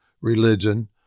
religion